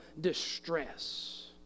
distress